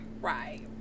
right